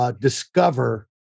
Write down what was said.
Discover